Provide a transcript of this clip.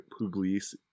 Pugliese